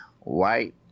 white